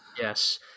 Yes